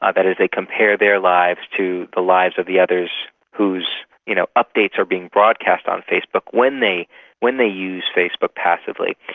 that is, they compare their lives to the lives of the others whose you know updates are being broadcast on facebook when they when they use facebook passively.